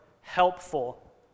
helpful